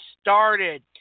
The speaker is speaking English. started